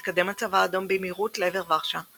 התקדם הצבא האדום במהירות לעבר ורשה,